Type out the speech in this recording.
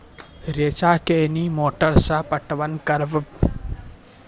रेचा कोनी मोटर सऽ पटवन करव?